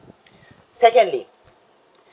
secondly